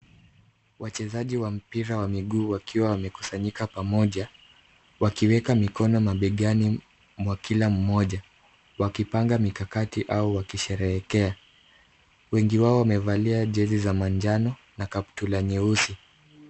Wachezaji wa mpira wa miguu wakiwa wamekusanyika pamoja, wakiweka mikono mabegani mwa kila mmoja, wakipanga mikakati au wakisherehekea. Wengi wao wamevalia jezi za manjano na kaptula nyeusi.